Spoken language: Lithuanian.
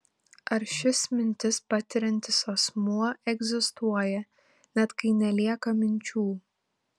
ar šis mintis patiriantis asmuo egzistuoja net kai nelieka minčių